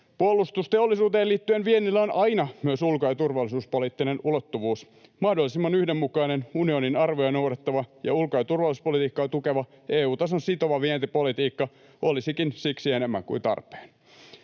Puolustusteollisuuteen liittyen viennillä on aina myös ulko- ja turvallisuuspoliittinen ulottuvuus. Mahdollisimman yhdenmukainen, unionin arvoja noudattava ja ulko- ja turvallisuuspoliitiikkaa tukeva EU-tason sitova vientipolitiikka olisikin siksi enemmän kuin tarpeen.